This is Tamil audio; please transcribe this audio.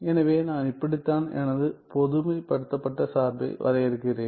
எனவே நான் இப்படித்தான் எனது பொதுமைப்படுத்தப்பட்ட சார்பை வரையறுக்கிறேன்